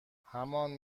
همان